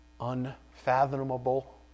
unfathomable